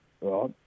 right